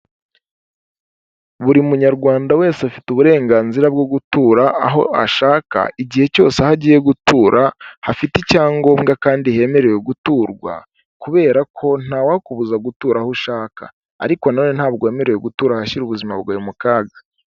Buri munyarwanda wese afite uburenganzira bwo gutura aho ashaka, igihe cyose aho agiye gutura hafite icyangombwa kandi hemerewe guturwa, kubera ko ntawakubuza gutura aho ushaka. Ariko nanone ntabwo wemerewe gutura ahashyira ubuzima bwawe mu kaga.